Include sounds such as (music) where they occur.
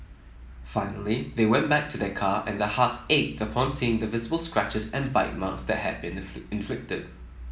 finally they went back to their car and their hearts ached upon seeing the visible scratches and bite marks that had been (unintelligible) inflicted